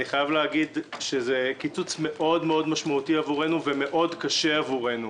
אני חייב להגיד שזה קיצוץ מאוד משמעותי עבורנו ומאוד קשה עבורנו.